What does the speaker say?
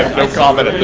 no comment